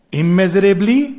immeasurably